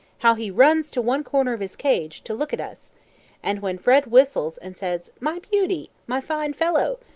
how he runs to one corner of his cage, to look at us and when fred whistles and says, my beauty! my fine fellow!